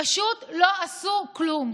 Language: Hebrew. פשוט לא עשו כלום.